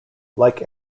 like